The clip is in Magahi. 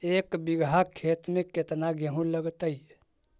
एक बिघा खेत में केतना गेहूं लगतै?